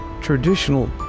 traditional